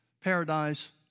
paradise